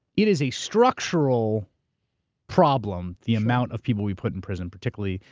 it is a structural problem, the amount of people we put in prison particularly,